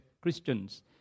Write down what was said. Christians